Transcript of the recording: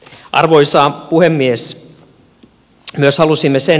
arvoisa puhemies